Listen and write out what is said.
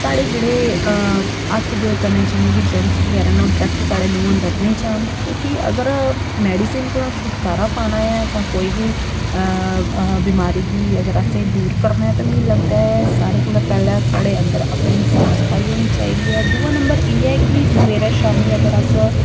साढ़े जेह्ड़े हत्थ दे कन्नै जिन्ने बी जर्म बगैरा न ओह् डरैक्ट साढ़े मूंह् अंदर नेईं जान क्योंकि अगर मैडिसन कोला छुटकारा पाना ऐ जां कोई बी बमारी गी अगर असें दूर करना ऐ ते मिगी लगदा ऐ सारें कोला पैह्लें साढ़े अंदर अपनी साफ सफाई होनी चाहिदी ऐ दुऐ नम्बर इ'यै ऐ कि सवेरे शामी अगर अस